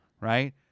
Right